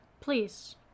Please